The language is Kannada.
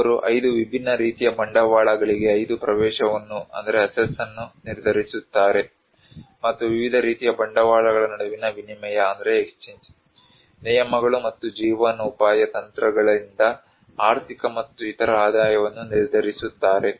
ಅವರು 5 ವಿಭಿನ್ನ ರೀತಿಯ ಬಂಡವಾಳಗಳಿಗೆ 5 ಪ್ರವೇಶವನ್ನು ನಿರ್ಧರಿಸುತ್ತಾರೆ ಮತ್ತು ವಿವಿಧ ರೀತಿಯ ಬಂಡವಾಳಗಳ ನಡುವಿನ ವಿನಿಮಯ ನಿಯಮಗಳು ಮತ್ತು ಜೀವನೋಪಾಯ ತಂತ್ರಗಳಿಂದ ಆರ್ಥಿಕ ಮತ್ತು ಇತರ ಆದಾಯವನ್ನು ನಿರ್ಧರಿಸುತ್ತಾರೆ